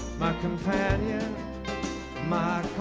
my companion my